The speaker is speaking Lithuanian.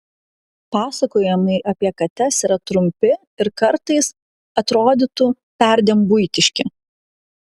pasakojimai apie kates yra trumpi ir kartais atrodytų perdėm buitiški